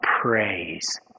praise